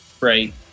right